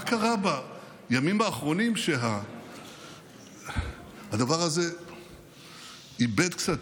מה קרה בימים האחרונים שהדבר הזה איבד קצת,